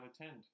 attend